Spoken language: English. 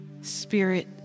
spirit